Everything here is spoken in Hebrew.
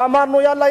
ואמרנו: יאללה,